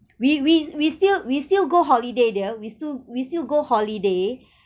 we we we still we still go holiday dear we still we still go holiday